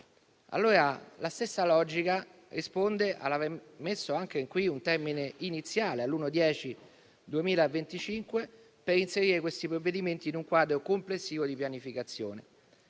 Alla stessa logica risponde l'aver posto un termine iniziale all'l ottobre 2025 per inserire questi provvedimenti in un quadro complessivo di pianificazione.